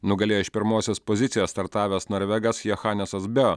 nugalėjo iš pirmosios pozicijos startavęs norvegas jochanesas bio